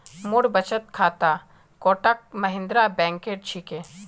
मोर बचत खाता कोटक महिंद्रा बैंकेर छिके